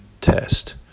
test